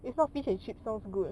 if not fish and chips sounds good